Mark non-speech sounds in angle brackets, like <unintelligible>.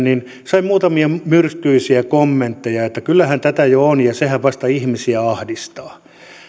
<unintelligible> niin sain muutamia myrskyisiä kommentteja että kyllähän tätä jo on ja sehän vasta ihmisiä ahdistaa